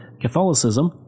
Catholicism